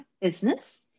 business